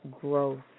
growth